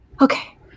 Okay